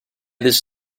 this